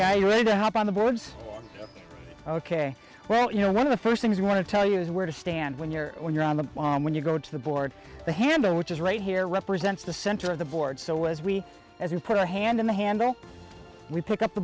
guy ready to hop on the boards ok well you know one of the first things you want to tell you is where to stand when you're when you're on the lawn when you go to the board the handle which is right here represents the center of the board so was we as you put a hand on the handle we pick up the